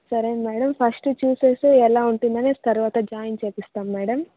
సరే madam first చూసేసి ఎలా ఉంటుందని తర్వాత జాయిన్ చేపిస్తాము మ్యాడం